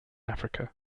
africa